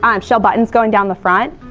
um shell buttons going down the front,